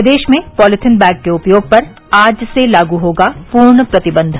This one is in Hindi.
प्रदेश में पॉलिथीन बैग के उपयोग पर आज से लागू होगा पूर्ण प्रतिबंध